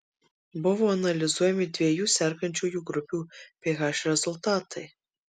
buvo analizuojami dviejų sergančiųjų grupių ph rezultatai